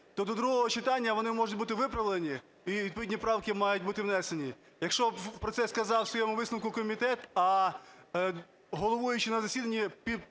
то до другого читання вони можуть бути виправлені і відповідні правки мають бути внесені. Якщо про це сказав в своєму висновку комітет, а головуючий на засіданні